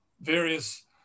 various